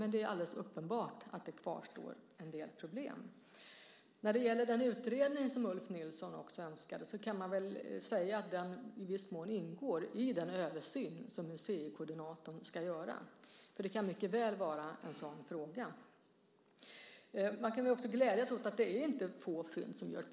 Men det är alldeles uppenbart att det kvarstår en del problem. När det gäller den utredning som Ulf Nilsson också önskade kan man väl säga att den i viss mån ingår i den översyn som museikoordinatorn ska göra. Det kan mycket väl vara en sådan fråga. Man kan också glädjas åt att det inte är få fynd som görs.